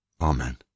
Amen